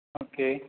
ஆ okay